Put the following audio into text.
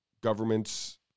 government's